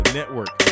network